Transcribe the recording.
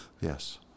Yes